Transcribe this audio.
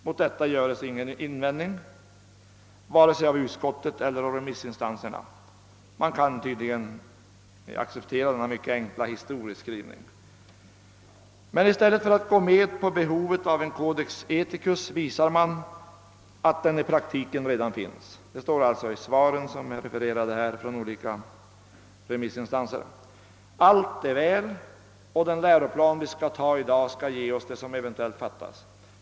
Mot detta görs ingen invändning vare sig av utskottet eller av remissinstanserna. Man kan tydligen acceptera denna mycket enkla historieskrivning. Men i stället för att gå med på att det föreligger behov av en codex ethicus försöker man visa att den i praktiken redan finns, det står i svaren från olika remissinstanser att allt egentligen är väl, och den läroplan vi i dag skall fatta beslut om skall ge oss det som eventuellt saknas.